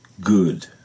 good